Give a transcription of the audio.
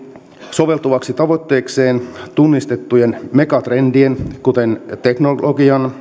soveltuvaksi tavoitteekseen tunnistettujen megatrendien kuten teknologian